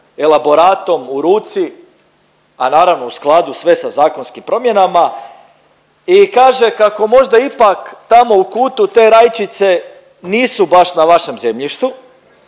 elaboratom u ruci, a naravno sve u skladu sa zakonskim promjenama, i kaže kako možda ipak tamo u kutu te rajčice nisu baš na vašem zemljištu,